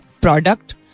product